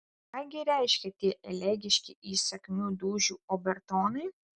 ką gi reiškia tie elegiški įsakmių dūžių obertonai